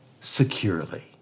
securely